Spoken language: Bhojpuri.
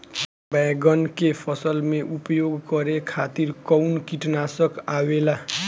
बैंगन के फसल में उपयोग करे खातिर कउन कीटनाशक आवेला?